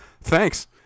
Thanks